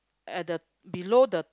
at the below the